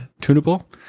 tunable